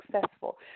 successful